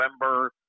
November